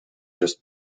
just